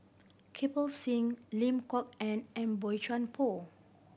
Kirpal Singh Lim Kok Ann and Boey Chuan Poh